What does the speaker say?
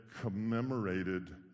commemorated